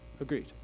Agreed